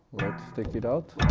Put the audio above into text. let's take it out